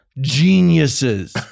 geniuses